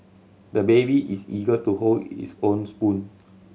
the baby is eager to hold his own spoon